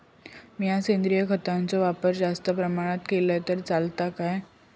मीया सेंद्रिय खताचो वापर जास्त प्रमाणात केलय तर चलात काय?